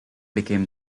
became